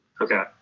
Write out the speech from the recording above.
Okay